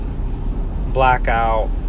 blackout